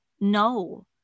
No